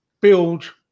build